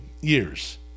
years